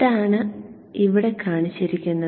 അതാണ് ഇവിടെ കാണിച്ചിരിക്കുന്നത്